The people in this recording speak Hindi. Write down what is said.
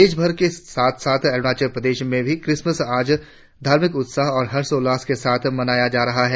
देश भर के साथ साथ अरुणाचल प्रदेश में भी क्रिसमस आज धार्मिक उत्साह और हर्षोल्लास से मनाया जा रहा है